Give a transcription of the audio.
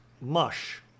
mush